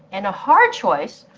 in a hard choice,